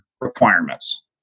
requirements